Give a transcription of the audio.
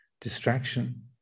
distraction